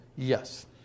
Yes